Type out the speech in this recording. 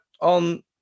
on